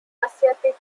asiatic